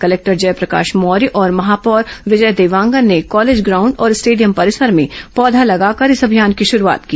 collector Jayprakash Maurya और महापौर विजय देवांगन ने कॉलेज ग्राउंड और स्टेडियम परिसर में पौधा लगाकर इस अभियान की शुरूआत की